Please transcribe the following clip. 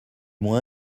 moins